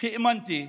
כי האמנתי,